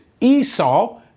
Esau